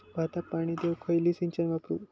भाताक पाणी देऊक खयली सिंचन वापरू?